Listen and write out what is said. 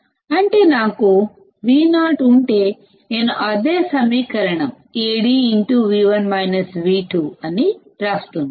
అంటే ఒకవేళ నా వద్ద Vo ఉంటే నేను అదే సమీకరణం Ad వ్రాస్తున్నాను